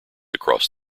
across